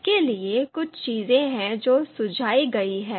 इसके लिए कुछ चीजें हैं जो सुझाई गई हैं